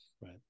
Right